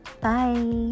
bye